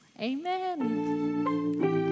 Amen